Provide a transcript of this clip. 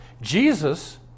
Jesus